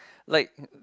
like